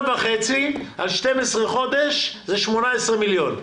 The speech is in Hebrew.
1.5. 12 חודשים זה 18 מיליון.